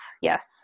yes